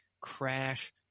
crash